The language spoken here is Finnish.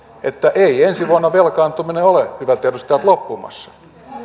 että ei ensi vuonna velkaantuminen ole hyvät edustajat loppumassa